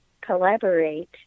collaborate